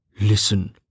Listen